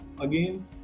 again